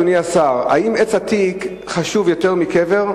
אדוני השר: 1. האם עץ עתיק חשוב יותר מקבר?